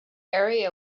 area